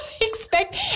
expect